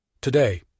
Today